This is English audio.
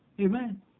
Amen